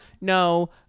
No